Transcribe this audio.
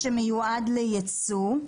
שמיועד לייצוא,